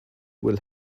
will